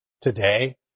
Today